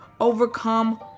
overcome